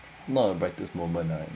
not a brightest moment ah